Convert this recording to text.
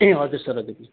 ए हजुर सर हजुर